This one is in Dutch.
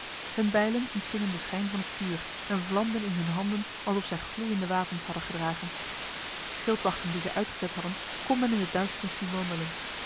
hun bijlen ontvingen de schijn van het vuur en vlamden in hun handen alsof zij gloeiende wapens hadden gedragen schildwachten die zij uitgezet hadden kon men in de duisternis zien wandelen